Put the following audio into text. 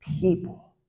people